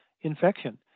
infection